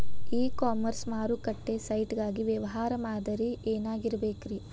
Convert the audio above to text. E commerce ಮಾರುಕಟ್ಟೆ site ಗಾಗಿ ವ್ಯವಹಾರ ಮಾದರಿ ಏನಾಗಿರಬೇಕ್ರಿ?